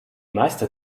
meiste